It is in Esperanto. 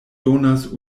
donas